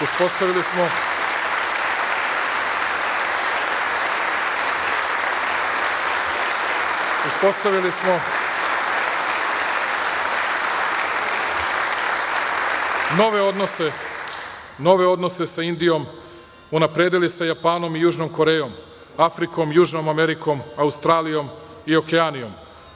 Uspostavili smo nove odnose sa Indijom, unapredili sa Japanom i Južnom Korejom, Afrikom, Južnom Amerikom, Australijom i Okeanijom.